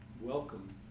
welcome